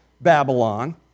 Babylon